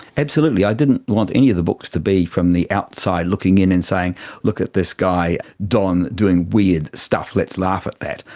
absolutely, i didn't want any of the books to be from the outside looking in and saying look at this guy don doing weird stuff, let's laugh at that.